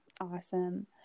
Awesome